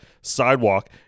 sidewalk